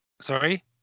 sorry